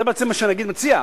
זה בעצם מה שהנגיד מציע,